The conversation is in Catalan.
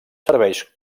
serveis